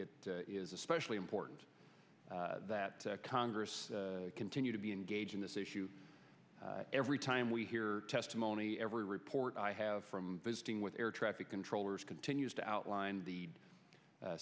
it is especially important that congress continue to be engaged in this issue every time we hear testimony every report i have from visiting with air traffic controllers continues to outline the